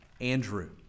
Andrew